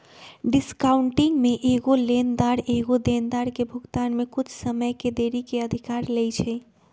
discounting में एगो लेनदार एगो देनदार के भुगतान में कुछ समय के देरी के अधिकार लेइ छै